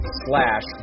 slash